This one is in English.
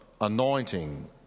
anointing